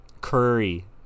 curry